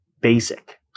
basic